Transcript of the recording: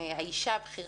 היא כתבה